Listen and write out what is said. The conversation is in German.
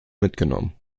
mitgenommen